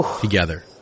together